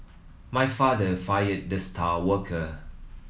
my father fired the star worker